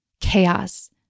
Chaos